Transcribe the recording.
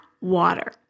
water